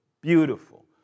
Beautiful